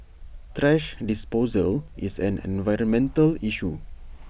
thrash disposal is an environmental issue